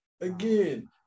Again